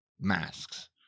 masks